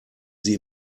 sie